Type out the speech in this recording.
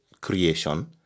creation